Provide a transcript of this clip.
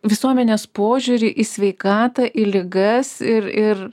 visuomenės požiūrį į sveikatą į ligas ir ir